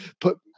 put